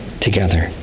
together